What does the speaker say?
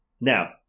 Now